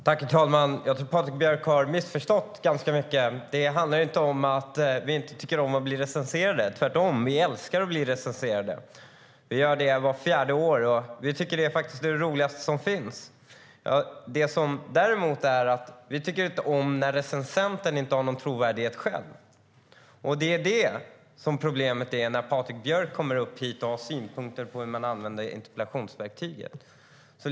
Herr talman! Jag tror att Patrik Björck har missförstått mycket. Det handlar inte om att vi inte tycker om att bli recenserade. Tvärtom älskar vi att bli recenserade. Vi blir det vart fjärde år, och vi tycker att det är det roligaste som finns. Däremot tycker vi inte om när recensenten inte har någon trovärdighet själv. Det är problemet när Patrik Björck har synpunkter på hur man använder interpellationsverktyget.